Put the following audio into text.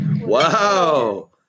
Wow